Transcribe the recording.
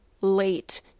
late